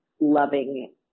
loving